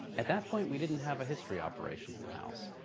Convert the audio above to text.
at that point, we didn't have a history operation in the house,